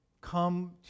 come